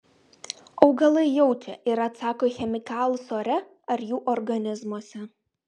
augalai jaučia ir atsako į chemikalus ore ar jų organizmuose